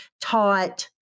taught